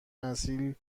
اصیل